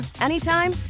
anytime